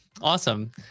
awesome